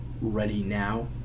ready-now